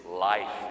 life